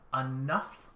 enough